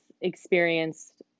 experienced